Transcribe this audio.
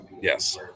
yes